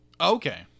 Okay